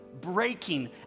breaking